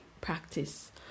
practice